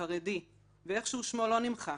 חרדי, ואיכשהו שמו לא נמחק.